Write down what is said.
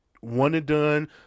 one-and-done